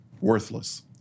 worthless